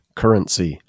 currency